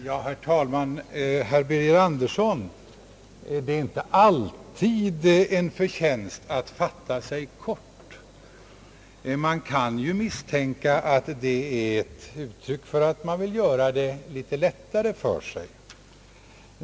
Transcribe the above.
Herr talman! Herr Birger Andersson — det är inte alltid en förtjänst att fatta sig kort. Man kan ju misstänka att detta kan vara ett uttryck för att man vill göra det litet lättare för sig.